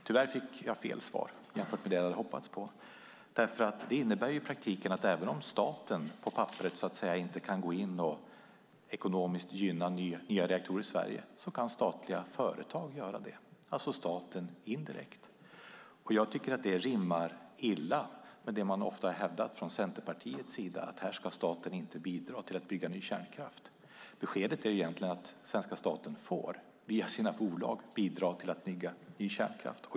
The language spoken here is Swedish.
Tyvärr fick jag fel svar jämfört med det jag hade hoppats på, därför att det innebär i praktiken att även om staten på papperet inte kan gå in och ekonomiskt gynna nya reaktorer i Sverige kan statliga företag - alltså staten indirekt - göra det. Jag tycker att det rimmar illa med det som Centerpartiet ofta har hävdat, att här ska staten inte bidra till att bygga ny kärnkraft. Beskedet är egentligen att svenska staten via sina bolag får bidra till att bygga ny kärnkraft.